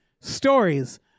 Stories